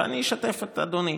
ואני אשתף את אדוני.